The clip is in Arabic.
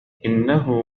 إنه